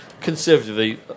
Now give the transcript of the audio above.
conservatively